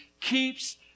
keeps